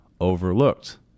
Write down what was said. overlooked